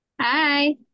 Hi